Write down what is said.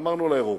ואמרנו לאירופים,